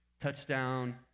Touchdown